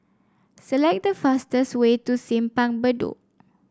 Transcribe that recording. select the fastest way to Simpang Bedok